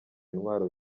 intwaro